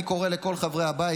אני קורא לכל חברי הבית,